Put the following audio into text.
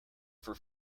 for